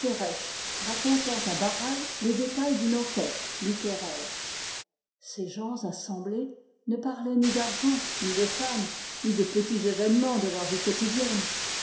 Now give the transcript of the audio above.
du divan ces gens assemblés ne parlaient ni d'argent ni de femmes ni de petits événements de leur vie quotidienne